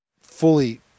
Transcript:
fully